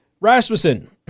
Rasmussen